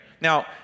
Now